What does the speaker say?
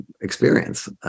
experience